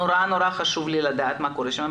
נורא חשוב לי לדעת מה קורה שם,